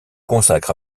consacre